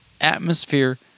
atmosphere